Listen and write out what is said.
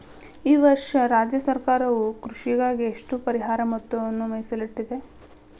ಈ ವರ್ಷ ರಾಜ್ಯ ಸರ್ಕಾರವು ಕೃಷಿಗಾಗಿ ಎಷ್ಟು ಪರಿಹಾರ ಮೊತ್ತವನ್ನು ಮೇಸಲಿಟ್ಟಿದೆ?